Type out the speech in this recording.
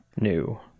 New